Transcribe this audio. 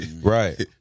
Right